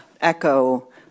echo